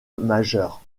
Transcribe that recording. majeure